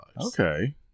Okay